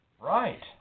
Right